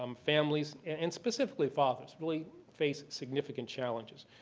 um families and specifically fathers, really face significant challenges.